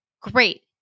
great